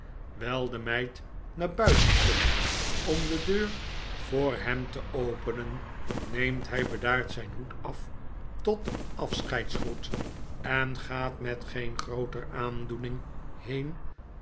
de meid naar buiten komt om de deur voor hem te openen neemt hy bedaard zyn hoed af tot afscheidsgroet en gaat met geen grooter aandoening been